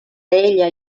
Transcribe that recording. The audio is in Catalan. ella